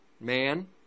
Man